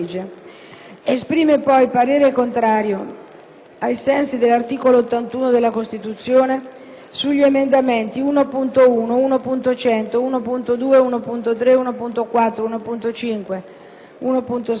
ai sensi dell'articolo 81 della Costituzione, sugli emendamenti 1.1, 1.100, 1.2, 1.3, 1.4, 1.5, 1.6, 1.7, 1.8, 1.9,